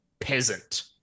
peasant